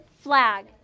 flag